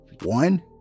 One